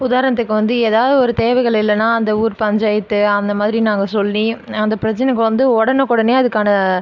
உதாரணத்துக்கு வந்து எதாவது ஒரு தேவைகள் இல்லைனா அந்த ஊர் பஞ்சாயத்து அந்தமாதிரி நாங்க சொல்லி அந்த பிரச்சனைக்கு வந்து உடனுக்குடனே அதற்கான